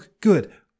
good